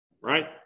right